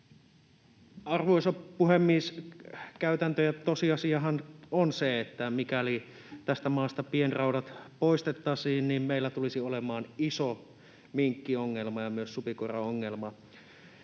Arvoisa puhemies! Käytäntö ja tosiasiahan on se, että mikäli tästä maasta pienraudat poistettaisiin, niin meillä tulisi olemaan iso minkkiongelma ja myös supikoiraongelma.